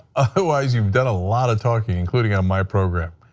otherwise you've done a lot of talking including on my program.